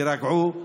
תירגעו.